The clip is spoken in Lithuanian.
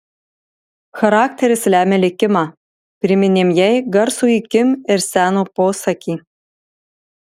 charakteris lemia likimą priminėm jai garsųjį kim ir seno posakį